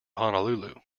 honolulu